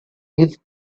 his